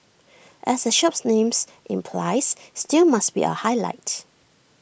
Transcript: as the shop's names implies stew must be A highlight